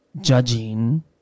judging